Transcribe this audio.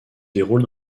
déroule